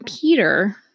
Peter